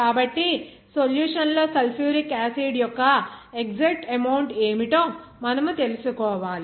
కాబట్టి సొల్యూషన్ లో sulphuric acid యొక్క ఎక్సక్టు అమౌంట్ ఏమిటో మనము తెలుసుకోవాలి